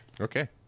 okay